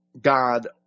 God